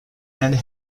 and